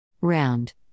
Round